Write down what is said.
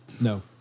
No